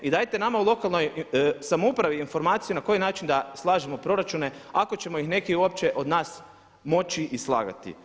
I dajte nama u lokalnoj samoupravi informaciju na koji način da slažemo proračune ako ćemo ih neki uopće od nas moći i slagati.